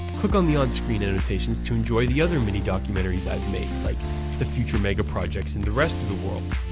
click on the on-screen annotations to enjoy the other mini-documentaries i've made like the future megaprojects in the rest of the world,